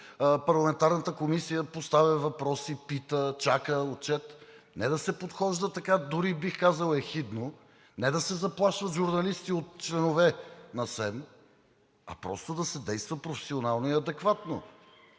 парламентарната Комисия поставя въпроси, пита, чака отчет – не да се подхожда така, дори бих казал – ехидно, не да се заплашват журналисти от членове на СЕМ, а просто да се действа професионално и адекватно!